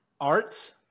Arts